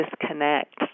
disconnect